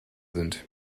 sind